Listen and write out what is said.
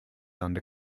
under